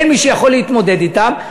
אין מי שיכול להתמודד אתם,